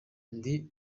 ndi